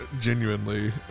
genuinely